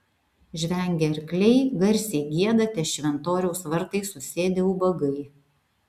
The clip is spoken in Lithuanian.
žvengia arkliai garsiai gieda ties šventoriaus vartais susėdę ubagai